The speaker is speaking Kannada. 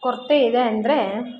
ಕೊರತೆ ಇದೆ ಅಂದರೆ